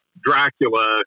Dracula